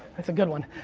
that's a good one.